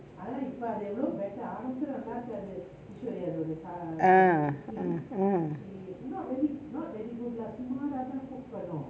ah ah ah